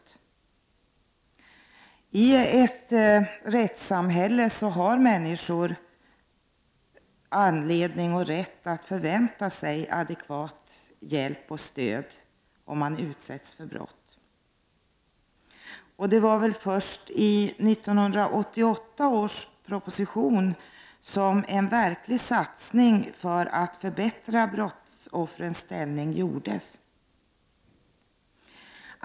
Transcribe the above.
Men i ett rättssamhälle har människor som utsätts för brott både anledning och rätt att vänta sig adekvat hjälp och stöd. Det är väl först i 1988 års proposition som en verklig satsning för att för bättra brottsoffrens ställning har gjorts.